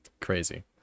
crazy